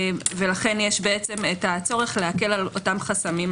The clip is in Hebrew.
לכן יש צורך להקל באותם חסמים.